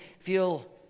feel